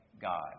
God